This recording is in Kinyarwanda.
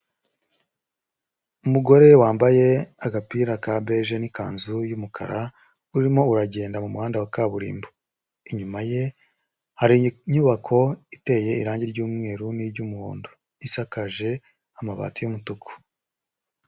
Umugore wambaye agapira ka beje n'ikanzu y'umukara urimo uragenda mu muhanda wa kaburimbo, inyuma ye hari inyubako iteye irangi ry'umweru n'iry'umuhondo isakaje amabati y'umutuku.